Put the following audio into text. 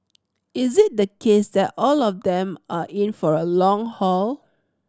is it the case that all of them are in for a long haul